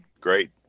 Great